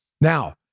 now